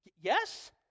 Yes